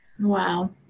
Wow